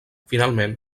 finalment